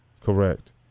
Correct